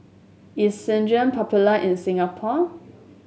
is Selsun popular in Singapore